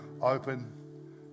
open